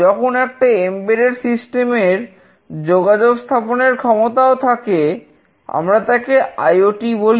যখন একটা embedded system বলি